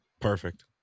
Perfect